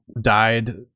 died